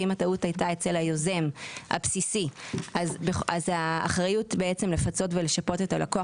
שאם הטעות הייתה אצל היוזם הבסיסי אז האחריות לפצות ולשפות את הלקוח,